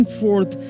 forth